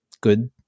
good